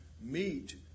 meet